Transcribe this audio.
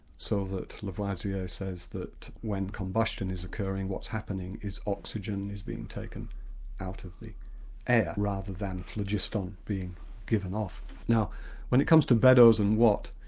so that lavoisier says that when combustion is occurring what's happening is oxygen is being taken out of the air, rather than phlogiston being given off. now when it comes to beddoes and watt,